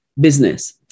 business